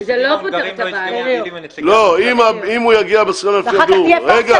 הנציגים ההונגרים --- אם הוא יגיע --- אחר כך תהיה פארסה